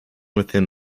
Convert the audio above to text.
within